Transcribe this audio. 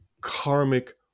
karmic